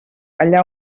allà